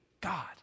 God